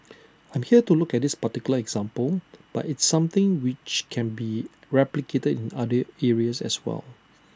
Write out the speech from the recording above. I'm here to look at this particular example but it's something which can be replicated in other areas as well